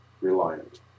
reliant